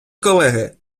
колеги